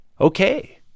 Okay